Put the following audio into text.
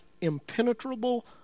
impenetrable